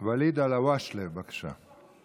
ואליד אלהואשלה, בבקשה.